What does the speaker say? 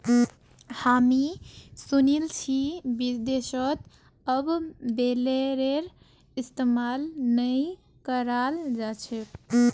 हामी सुनील छि विदेशत अब बेलरेर इस्तमाल नइ कराल जा छेक